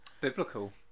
Biblical